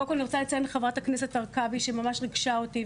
קודם כל אני רוצה לציין את חברת הכנסת הרכבי שהיא ממש ריגשה אותי,